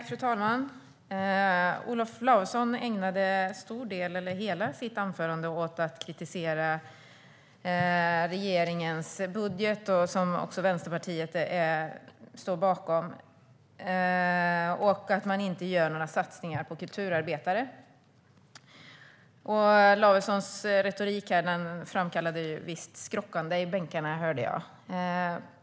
Fru talman! Olof Lavesson ägnade en stor del av, eller snarare hela, sitt anförande åt att kritisera regeringens budget, som också Vänsterpartiet står bakom, och att man inte gör några satsningar på kulturarbetare. Lavessons retorik framkallade visst skrockande i bänkarna, hörde jag.